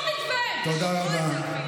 תודה רבה.